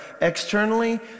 Externally